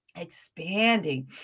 expanding